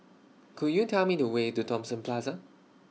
Could YOU Tell Me The Way to Thomson Plaza